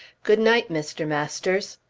good night, mr. masters.